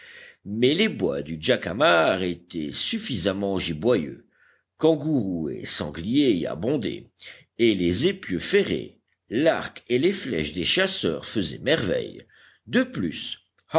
mais les bois du jacamar étaient suffisamment giboyeux kangourous et sangliers y abondaient et les épieux ferrés l'arc et les flèches des chasseurs faisaient merveille de plus